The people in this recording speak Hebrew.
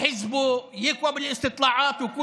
יחזק את המפלגה שלו, יתחזק בסקרים ויגיד: